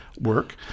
work